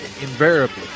Invariably